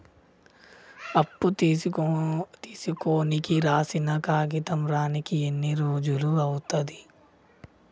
అప్పు తీసుకోనికి రాసిన కాగితం రానీకి ఎన్ని రోజులు అవుతది?